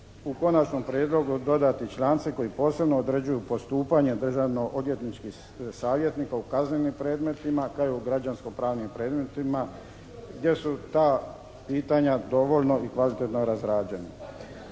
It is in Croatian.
u konačnom prijedlogu dodati članci koji posebno određuju postupanje državno odvjetničkih savjetnika u kaznenim predmetima, te u građansko pravnim predmetima gdje su ta pitanja dovoljno i kvalitetno razrađeni.